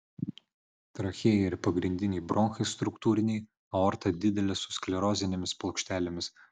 trachėja ir pagrindiniai bronchai struktūriniai aorta didelė su sklerozinėmis plokštelėmis